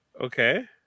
Okay